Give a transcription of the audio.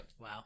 Wow